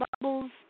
Bubbles